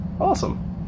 awesome